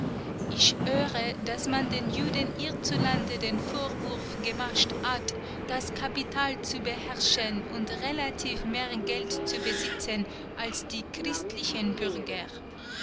ich höre daß man den juden hierzulande den vorwurf gemacht hat das kapital zu beherrschen und relativ mehr geld zu besitzen als die christlichen bürger